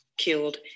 killed